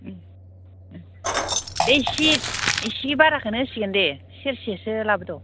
उम उम ओइ एसे एसे बाराखौ होसिगोन दे सेरसेसो लाबोद'